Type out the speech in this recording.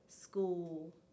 school